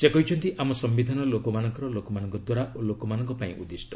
ସେ କହିଛନ୍ତି ଆମ ସମ୍ଭିଧାନ ଲୋକମାନଙ୍କର ଲୋକମାନଙ୍କ ଦ୍ୱାରା ଓ ଲୋକମାନଙ୍କ ପାଇ ଉଦ୍ଦିଷ୍ଟ